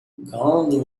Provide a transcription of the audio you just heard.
gold